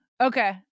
okay